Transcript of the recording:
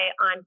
on